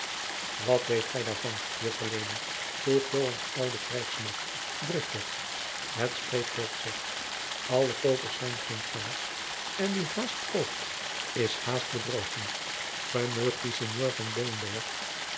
wat weet gij daarvan juffer lena vroeg joans oude krijgsmakker driftig het spreekwoord zegt alle koopers zijn geen kenners en die haast koopt is haast bedrogen ge meugt dien sinjeur van